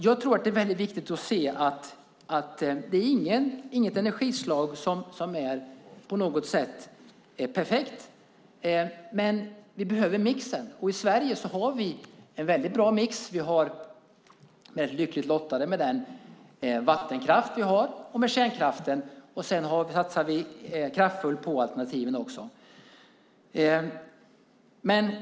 Jag tror att det är viktigt att se att det inte finns något energislag som är perfekt på något sätt. Men vi behöver mixen, och i Sverige har vi en bra mix. Vi är lyckligt lottade i och med den vattenkraft vi har. Vi har också kärnkraften, och vi satsar kraftfullt på alternativen.